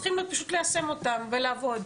צריכים פשוט ליישם אותן לעבוד.